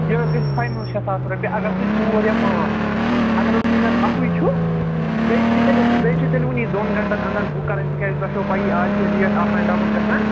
یہِ حظ گژھِ فاینَل شےٚ ساس رۄپیہِ اگر تُہۍ ژور یا پانٛژھ چھُو اگر حظ تُہۍ نَتہٕ اَکُے چھُو بیٚیہِ چھُ یہِ تیٚلہِ بیٚیہِ چھُ یہِ تیٚلہِ وٕنی دۄن گنٛٹَن انٛدر بُک کرٕنۍ تِکیٛازِ تۄہہِ چھو پیی آز چھِ ریٹ اَپ اینٛڈ ڈاوُن گژھان